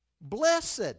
Blessed